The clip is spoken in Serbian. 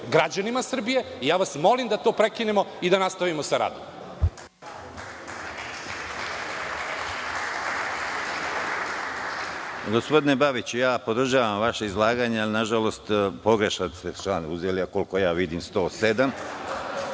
građanima Srbije. Molim vas da to prekinemo i da nastavimo sa radom.